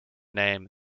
name